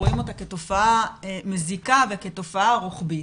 רואים אותה כתופעה מזיקה וכתופעה רוחבית.